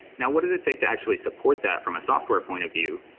now, what does it takes to actually support that from a software point of view?